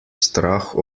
strah